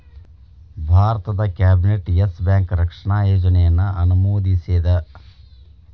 ಭಾರತದ್ cabinet Yes Bank ರಕ್ಷಣಾ ಯೋಜನೆಯನ್ನ ಅನುಮೋದಿಸೇದ್